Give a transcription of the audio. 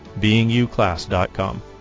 beinguclass.com